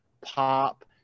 pop